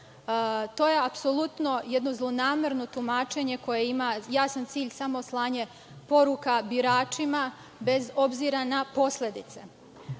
To je apsolutno jedno zlonamerno tumačenje koje ima jasan cilj samo slanje poruka biračima bez obzira na posledice.